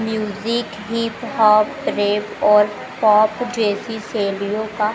music hip hop rap और pop जैसी शैलियों का